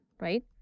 right